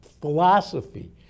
philosophy